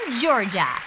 Georgia